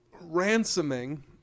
ransoming